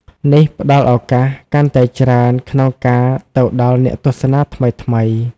នេះផ្តល់ឱកាសកាន់តែច្រើនក្នុងការទៅដល់អ្នកទស្សនាថ្មីៗ។